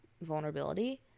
vulnerability